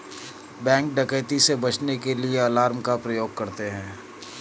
bank डकैती से बचने के लिए अलार्म का प्रयोग करते है